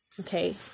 Okay